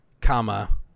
comma